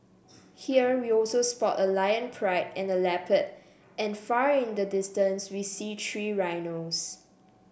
here we also spot a lion pride and a leopard and far in the distance we see three rhinos